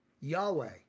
Yahweh